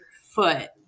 foot